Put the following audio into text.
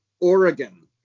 Oregon